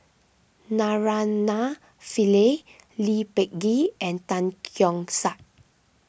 Naraina Pillai Lee Peh Gee and Tan Keong Saik